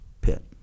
pit